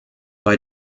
bei